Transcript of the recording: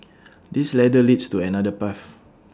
this ladder leads to another path